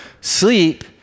sleep